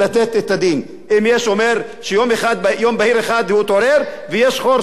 אם יש שומר שביום בהיר אחד התעורר ויש חוב של 30 מיליארד,